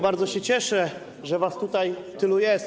Bardzo się cieszę, że was tutaj tylu jest.